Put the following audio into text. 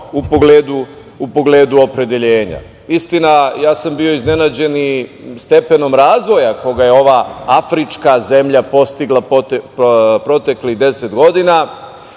u pogledu opredeljenja. Istina, bio sam iznenađen i stepenom razvoja koji je ova afrička zemlja postigla proteklih 10 godina,